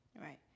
Right